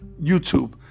YouTube